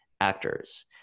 actors